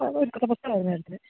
ഒരു കഥ പുസ്തകമായിരുന്നു എടുത്തത്